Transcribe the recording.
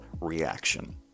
reaction